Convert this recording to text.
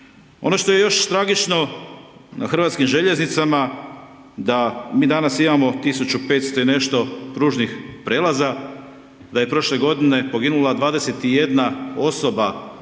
Ono što je još tragično na hrvatskim željeznicama da mi danas imamo 1500 i nešto pružnih prijelaza, da je prošle godine poginula 21 osoba